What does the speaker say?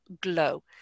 glow